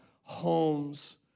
homes